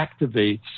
activates